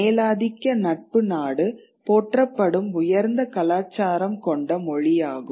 மேலாதிக்க நட்பு நாடு போற்றப்படும் உயர்ந்த கலாச்சாரம் கொண்டமொழியாகும்